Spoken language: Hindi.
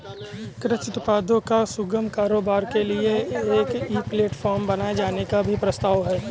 कृषि उत्पादों का सुगम कारोबार के लिए एक ई प्लेटफॉर्म बनाए जाने का भी प्रस्ताव है